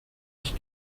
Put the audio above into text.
ich